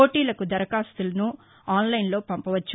పోటీలకు దరఖాస్తులను ఆన్లైన్లో పంపవచ్చు